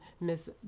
miss